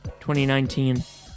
2019